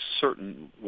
certain